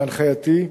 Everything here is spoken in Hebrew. בהנחייתי,